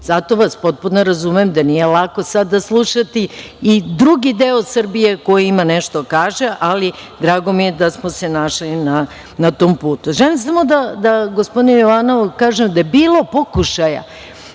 Zato vas potpuno razumem da nije lako sada slušati i drugi deo Srbije koji ima nešto da kaže, ali drago mi je da smo se našli na tom putu. Želim samo da gospodinu Jovanovu kažem da je bilo pokušaja